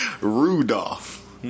Rudolph